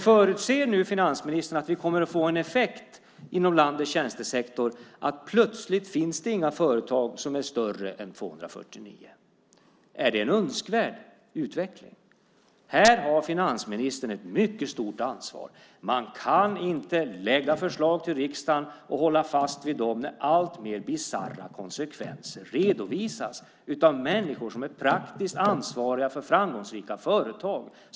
Förutser nu finansministern att vi kommer att få en effekt att plötsligt finns det inga företag som är större än 249 anställda? Är det en önskvärd utveckling? Här har finansministern ett mycket stort ansvar. Man kan inte lägga fram förslag till riksdagen och hålla fast vid dem när alltmer bisarra konsekvenser redovisas av människor som är praktiskt ansvariga för framgångsrika företag.